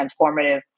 transformative